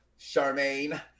Charmaine